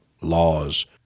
laws